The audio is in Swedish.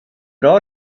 bra